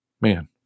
man